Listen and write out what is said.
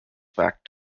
fact